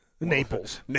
Naples